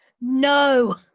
No